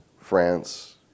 France